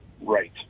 right